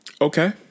Okay